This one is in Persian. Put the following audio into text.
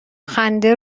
خنده